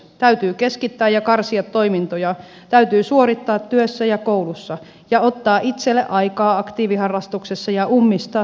täytyy keskittää ja karsia toimintoja täytyy suorittaa työssä ja koulussa ja ottaa itselle aikaa aktiiviharrastuksessa ja ummistaa silmät muilta